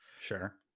sure